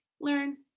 learn